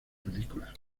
película